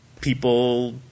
people